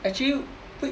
actually 为